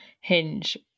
Hinge